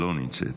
לא נמצאת.